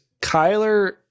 Kyler